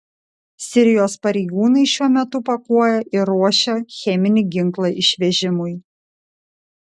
sirijos pareigūnai šiuo metu pakuoja ir ruošia cheminį ginklą išvežimui